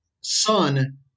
son